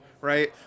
Right